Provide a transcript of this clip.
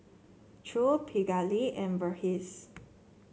Choor Pingali and Verghese